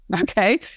Okay